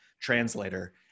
translator